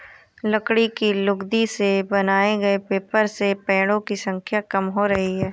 लकड़ी की लुगदी से बनाए गए पेपर से पेङो की संख्या कम हो रही है